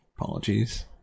Apologies